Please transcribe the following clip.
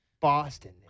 Boston